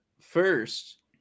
first